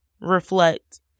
reflect